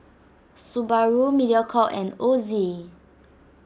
Subaru Mediacorp and Ozi